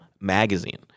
magazine